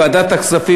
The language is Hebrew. ועדת הכספים,